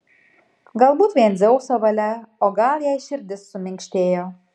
galbūt vien dzeuso valia o gal jai širdis suminkštėjo